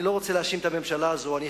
אני לא רוצה להאשים את הממשלה הזאת.